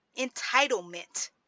Entitlement